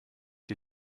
die